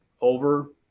Over